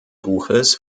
buches